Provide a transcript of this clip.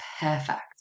perfect